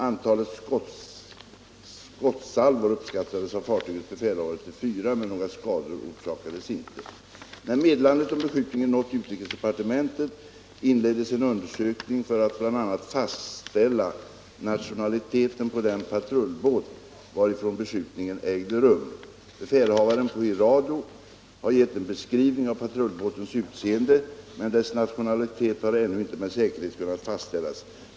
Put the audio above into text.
Antalet skottsalvor uppskattades av fartygets befälhavare till fyra, men några skador orsakades inte. När meddelandet om beskjutningen nått utrikesdepartementet inleddes en undersökning för att bl.a. fastställa nationaliteten på den patrullbåt varifrån beskjutningen ägde rum. Befälhavaren på ”Hirado” har gett en beskrivning av patrullbåtens utseende, men dess nationalitet har ännu inte med säkerhet kunnat fastställas.